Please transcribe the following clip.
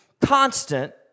constant